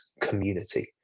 community